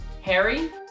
Harry